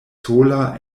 sola